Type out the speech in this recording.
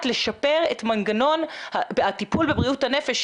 לשפר את מנגנון הטיפול בבריאות הנפש.